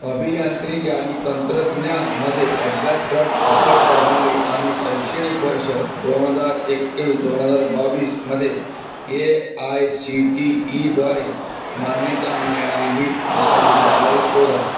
अभियांत्रिकी आणि तंत्रज्ञानमध्ये अभ्यासक्रम ऑफर करणारी आणि शैक्षणिक वर्ष दोन हजार एकवीस दोन हजार बावीसमध्ये ए आय सी टी ईद्वारे मान्यता मिळालेली महाविद्यालये शोधा